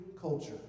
culture